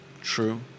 True